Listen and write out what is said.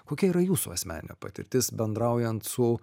kokia yra jūsų asmeninė patirtis bendraujant su